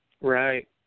Right